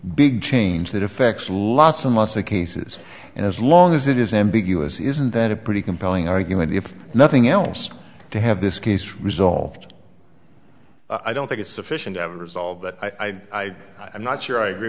big change that affects lots and lots of cases and as long as it is ambiguous isn't that a pretty compelling argument if nothing else to have this case resolved i don't think it's sufficient evidence all but i i'm not sure i agree